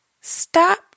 stop